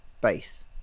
base